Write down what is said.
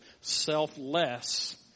Selfless